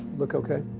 look okay?